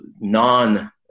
non